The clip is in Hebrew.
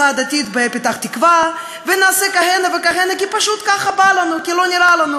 בביקורך בארצות-הברית תבוא ואולי תנהל אתם ויכוח תיאולוגי כזה או אחר,